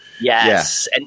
Yes